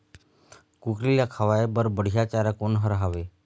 कुकरी ला खवाए बर बढीया चारा कोन हर हावे?